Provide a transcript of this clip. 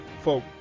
folk